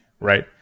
right